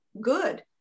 good